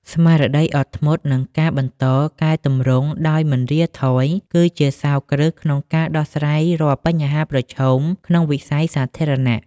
ស្មារតីអត់ធ្មត់ និងការបន្តកែទម្រង់ដោយមិនរាថយ គឺជាសោរគ្រឹះក្នុងការដោះស្រាយរាល់បញ្ហាប្រឈមក្នុងវិស័យសាធារណៈ។